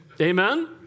Amen